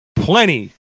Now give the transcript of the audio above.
plenty